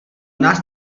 nás